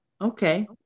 Okay